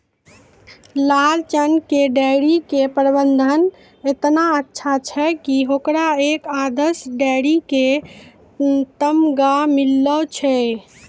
लालचन के डेयरी के प्रबंधन एतना अच्छा छै कि होकरा एक आदर्श डेयरी के तमगा मिललो छै